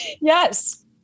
Yes